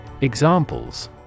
Examples